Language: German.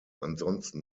ansonsten